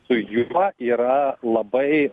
su ju tuo yra labai